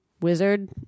wizard